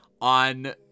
on